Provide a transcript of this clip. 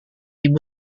ibu